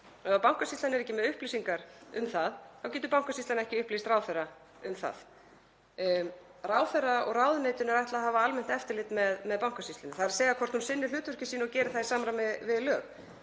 Ef Bankasýslan er ekki með upplýsingar um það þá getur Bankasýslan ekki upplýst ráðherra um það. Ráðherra og ráðuneytinu er ætlað að hafa almennt eftirlit með Bankasýslunni, þ.e. hvort hún sinni hlutverki sínu og geri það í samræmi við lög,